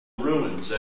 Ruins